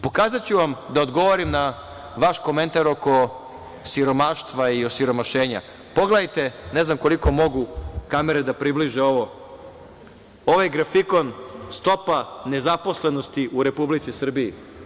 Pokazaću vam, da odgovorim na vaš komentar oko siromaštva i osiromašenja, pogledajte, ne znam koliko mogu kamere da približe ovo, ovo je grafikon stope nezaposlenosti u Republici Srbiji.